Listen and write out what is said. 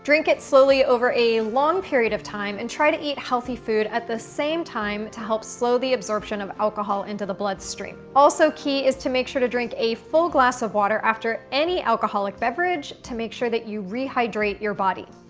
it slowly over a long period of time and try to eat healthy food at the same time to help slow the absorption of alcohol into the bloodstream. also key is to make sure to drink a full glass of water after any alcoholic beverage to make sure that you re-hydrate your body.